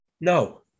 No